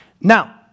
Now